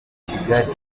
kigali